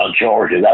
Georgia